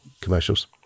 commercials